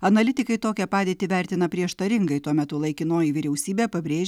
analitikai tokią padėtį vertina prieštaringai tuo metu laikinoji vyriausybė pabrėžė